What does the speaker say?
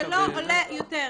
זה לא עולה יותר.